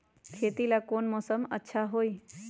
खेती ला कौन मौसम अच्छा होई?